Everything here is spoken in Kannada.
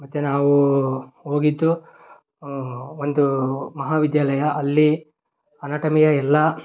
ಮತ್ತೆ ನಾವು ಹೋಗಿದ್ದು ಒಂದು ಮಹಾವಿದ್ಯಾಲಯ ಅಲ್ಲಿ ಅನಾಟಮಿಯ ಎಲ್ಲ